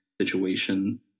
situation